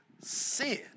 sin